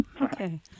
Okay